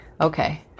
Okay